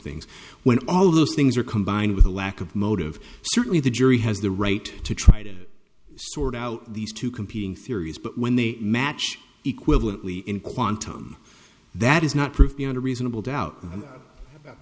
things when all of those things are combined with a lack of motive certainly the jury has the right to try to sort out these two competing theories but when they match equivalently in quantum that is not proof beyond a reasonable doubt